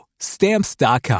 Stamps.com